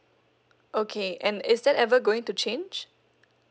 okay and is that ever going to change